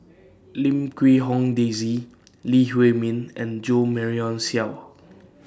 Lim Quee Hong Daisy Lee Huei Min and Jo Marion Seow